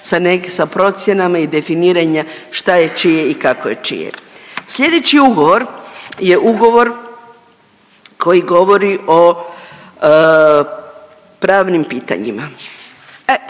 sa nek… sa procjenama i definiranja šta je čije i kako je čije. Slijedeći ugovor je ugovor koji govori o pravnim pitanjima.